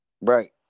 Right